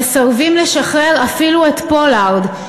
שמסרבים לשחרר אפילו את פולארד,